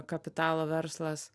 kapitalo verslas